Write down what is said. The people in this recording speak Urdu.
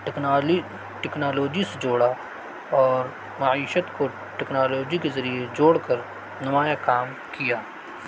ٹیکنالی ٹیکنالوجی سے جوڑا اور معیشت کو ٹیکنالوجی کے ذریعے جوڑ کر نمایا کام کیا